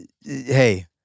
Hey